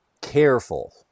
careful